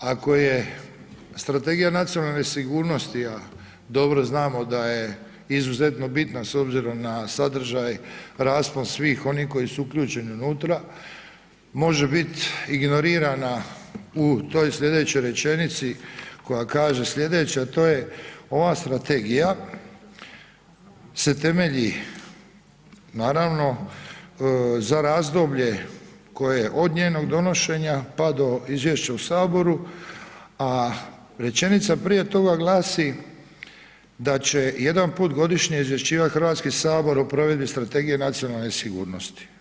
Ako je Strategija nacionalne sigurnosti, a dobro znamo da je izuzetno bitna s obzirom na sadržaj, raspon svih onih koji su uključeni unutra, može bit ignorirana u toj slijedećoj rečenici koja kaže slijedeće, a to je, ova strategija se temelji naravno za razdoblje koje je od njenog donošenja, pa do izvješća u saboru, a rečenica prije toga glasi da će jedan puta godišnje izvješćivat Hrvatski sabor o provedbi Strategije nacionalne sigurnosti.